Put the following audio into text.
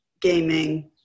gaming